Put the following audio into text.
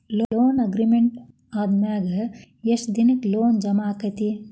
Loan agreement ಆದಮ್ಯಾಗ ಯೆಷ್ಟ್ ದಿನಕ್ಕ ಲೊನ್ ಜಮಾ ಆಕ್ಕೇತಿ?